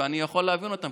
ואני יכול להבין אותם,